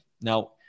Now